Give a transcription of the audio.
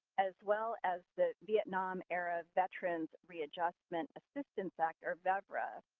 as well as the vietnam era veterans' readjustment assistance act, or vevra.